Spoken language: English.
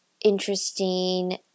interesting